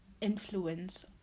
influence